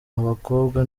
abakobwa